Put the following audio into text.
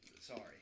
Sorry